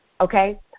Okay